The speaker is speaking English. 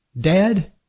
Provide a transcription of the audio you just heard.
Dad